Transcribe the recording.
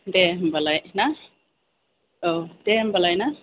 दे होम्बालाय ना औ दे होमबालाय ना